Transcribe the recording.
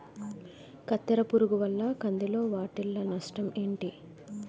కత్తెర పురుగు వల్ల కంది లో వాటిల్ల నష్టాలు ఏంటి